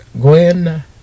Gwen